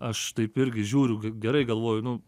aš taip irgi žiūriu g gerai galvoju nu